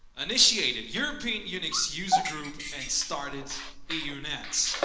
initiated european unix user group and started eunets,